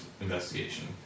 investigation